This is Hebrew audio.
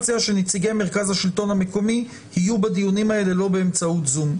אני מציע שנציגי מרכז השלטון המקומי יהיו בדיונים האלה לא באמצעות זום,